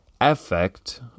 effect